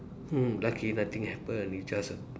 mm lucky nothing happen it's just a